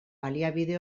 baliabide